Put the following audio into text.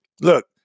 look